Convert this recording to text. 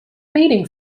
mating